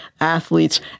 athletes